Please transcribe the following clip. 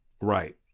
right